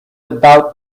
about